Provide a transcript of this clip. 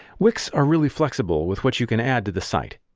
wix are really flexible with what you can add to the site.